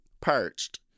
perched